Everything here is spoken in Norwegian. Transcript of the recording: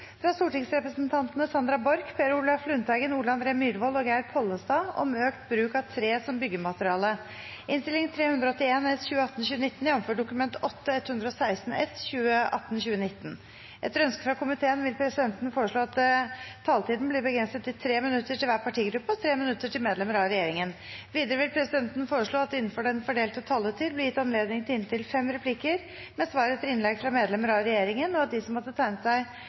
fra medlemmer av regjeringen, og at de som måtte tegne seg på talerlisten utover den fordelte taletid, får en taletid på inntil 3 minutter. Ingen har bedt om ordet. Etter ønske fra utdannings- og forskningskomiteen vil presidenten foreslå at taletiden blir begrenset til 3 minutter til hver partigruppe og 3 minutter til medlemmer av regjeringen. Videre vil presidenten foreslå at det – innenfor den fordelte taletid – blir gitt anledning til inntil seks replikker med svar etter innlegg fra medlemmer av regjeringen, og at de som måtte tegne seg